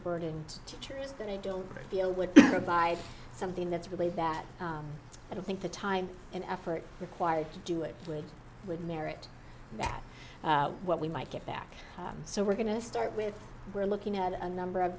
burden and teachers that i don't feel would provide something that's really that i don't think the time and effort required to do it would merit back what we might get back so we're going to start with we're looking at a number of